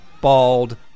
bald